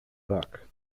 tak